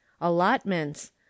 allotments